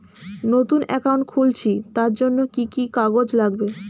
নতুন অ্যাকাউন্ট খুলছি তার জন্য কি কি কাগজ লাগবে?